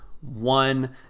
one